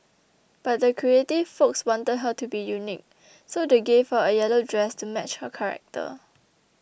but the creative folks wanted her to be unique so they gave her a yellow dress to match her character